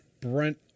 Brent